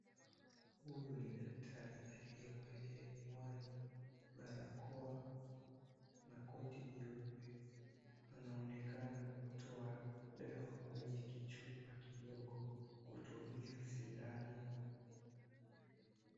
Huyu ni daktari aliyevalia miwani, barakoa na koti nyeupe, anaonekana kutoa dawa kwenye kichupa kidogo kutumia sindano.